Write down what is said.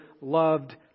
loved